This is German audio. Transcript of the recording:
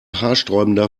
haarsträubender